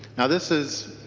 now this is